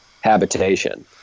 habitation